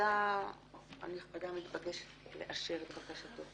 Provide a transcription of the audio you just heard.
הוועדה הנכבדה מתבקשת לאשר את בקשתו.